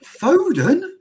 Foden